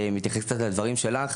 מתייחס קצת לדברים שלך,